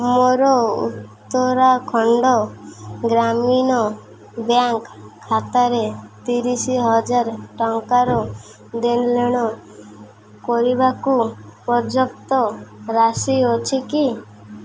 ମୋର ଉତ୍ତରାଖଣ୍ଡ ଗ୍ରାମୀଣ ବ୍ୟାଙ୍କ୍ ଖାତାରେ ତିରିଶିହଜାର ଟଙ୍କାର ଦେଣନେଣ କରିବାକୁ ପର୍ଯ୍ୟାପ୍ତ ରାଶି ଅଛି କି